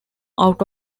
out